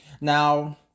Now